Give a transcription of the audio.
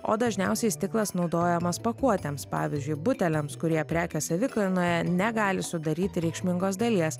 o dažniausiai stiklas naudojamas pakuotėms pavyzdžiui buteliams kurie prekės savikainoje negali sudaryti reikšmingos dalies